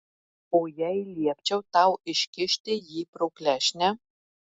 o jei liepčiau tau iškišti jį pro klešnę